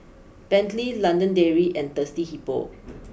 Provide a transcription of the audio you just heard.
Bentley London Dairy and Thirsty Hippo